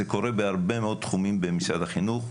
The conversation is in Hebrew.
זה קורה בהרבה מאוד תחומים במשרד החינוך,